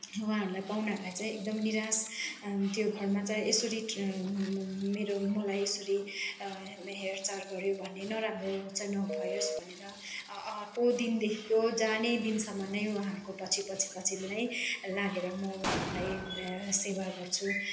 उहाँहरूलाई पाहुनाहरूलाई चाहिँ एकदम निरास त्यो घरमा चाहिँ यसरी मेरो मलाई यसरी हेरचार गर्यो भने नराम्रो चाहिँ नभओस् भनेर आएको दिनदेखिको जाने दिनसम्म नै उहाँको पछि पछि पछि नै लागेर म उहाँहरूलाई सेवा गर्छु